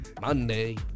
Monday